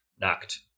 knocked